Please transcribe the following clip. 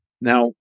Now